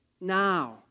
Now